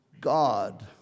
God